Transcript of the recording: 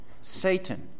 Satan